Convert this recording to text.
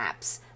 apps